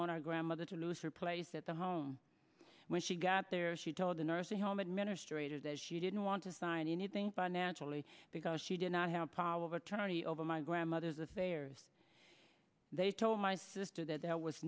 want her grandmother to lose her place at the home when she got there she told the nursing home administrator that she didn't want to sign anything financially because she did not have power of attorney over my grandmother's affairs they told my sister that there was